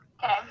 Okay